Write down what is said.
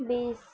بیس